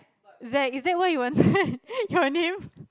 that is it why you want to your name